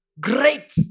great